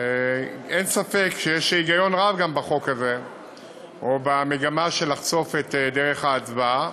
אין ספק שיש היגיון רב גם בחוק הזה או במגמה של לחשוף את דרך ההצבעה,